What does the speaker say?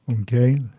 Okay